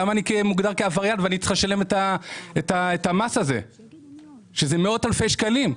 למה אני מוגדר כעבריין וצריך לשלם את המס הזה של מאות אלפי שקלים?